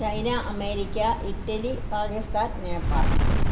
China America Italy Pakistan Nepal